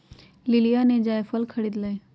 लिलीया ने जायफल खरीद लय